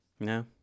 No